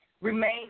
remain